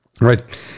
Right